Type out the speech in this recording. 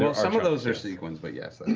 some of those are sequins, but yes, and